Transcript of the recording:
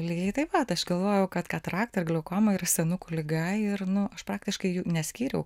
lygiai taip pat aš galvojau kad katarakta ir glaukoma yra senukų liga ir nu aš praktiškai jų neskyriau